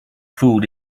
food